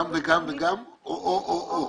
גם וגם וגם, או או/או/או?